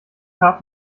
tat